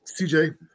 CJ